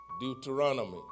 Deuteronomy